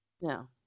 No